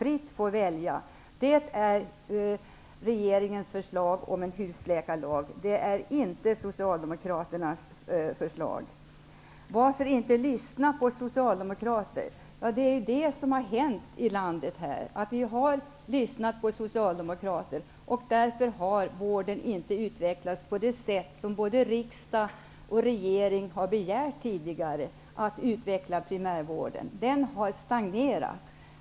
Regeringens förslag om en husläkarlag innebär att man fritt skall få välja. Det är inte Det frågades varför man inte lyssnar på Socialdemokraterna. Det som har hänt i landet är att vi har lyssnat på Socialdemokraterna och därför har primärvården inte utvecklats på det sätt som både riksdag och regering har begärt tidigare. Primärvården har stagnerat.